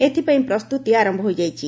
ଏଥିପାଇଁ ପ୍ରସ୍ତୁତି ଆରମ୍ଭ ହୋଇଯାଇଛି